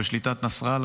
הוא בשליטת נסראללה,